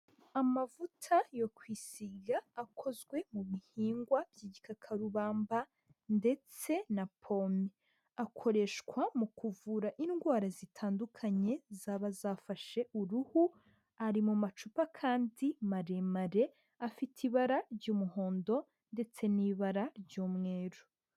Amavuta yo kwisiga akozwe mu bihingwa by'igikakarubamba ndetse na pome, akoreshwa mu kuvura indwara zitandukanye zaba zafashe uruhu, ari mu macupa kandi maremare afite ibara ry'umuhondo ndetse n'ibara ry'umweru.